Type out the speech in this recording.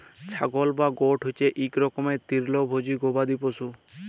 ছাগল বা গট হছে ইক রকমের তিরলভোজী গবাদি পশু